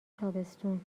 تابستون